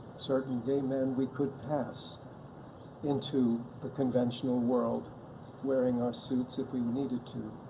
certain gay men we could pass into the conventional world wearing our suits if we we needed to,